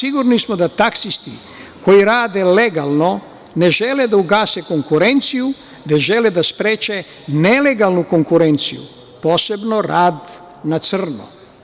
Sigurni smo da taksisti koji rade legalno, ne žele da ugase konkurenciju, već žele da spreče nelegalnu konkurenciju, posebno rad na crno.